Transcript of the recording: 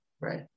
right